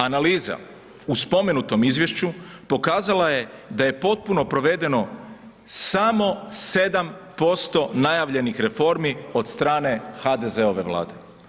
Analiza, u spomenutom izvješću, pokazala je da potpuno provedeno samo 7% najavljenih reformi, od strane HDZ-ove vlade.